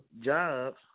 jobs